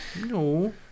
no